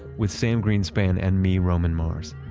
with sam greenspan and me, roman mars.